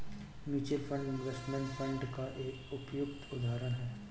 mutual fund investment fund का एक उपयुक्त उदाहरण है